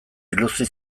biluzi